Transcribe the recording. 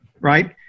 right